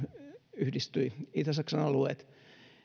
yhdistyivät itä saksan alueet